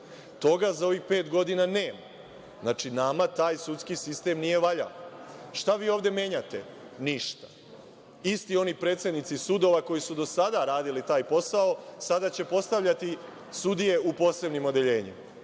Toga za ovih pet godina nema. Znači, nama taj sudski sistem nije valjao. Šta vi ovde menjate? Ništa. Isti oni predsednici sudova, koji su do sada radili taj posao, sada će postavljati sudije u posebnim odeljenjima.